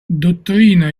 dottrina